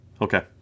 Okay